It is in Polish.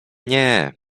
nie